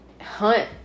hunt